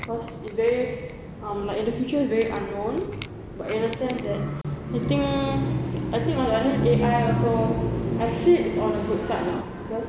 cause it's very um like in the future it's very unknown but in a sense that you think I think agaknya A_I also I feel it's on the good side lah because